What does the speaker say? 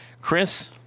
Chris